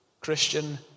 Christian